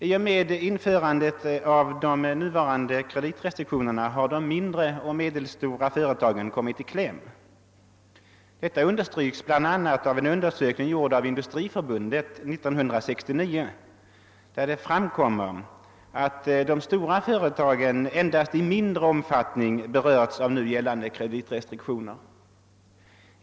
I och med införandet av de nuvarande kreditrestriktionerna har de mindre och medelstora företagen kommit i kläm. Detta understryks bl.a. av en undersökning, gjord av Industri förbundet 1969, som visar att de stora företagen endast i mindre omfattning berörts av nu gällande kreditrestriktioner.